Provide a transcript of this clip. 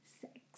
sex